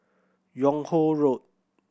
Yung Ho Road